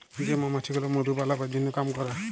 যে মমাছি গুলা মধু বালাবার জনহ কাম ক্যরে